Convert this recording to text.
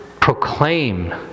proclaim